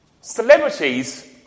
Celebrities